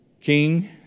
King